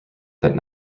that